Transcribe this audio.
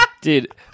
Dude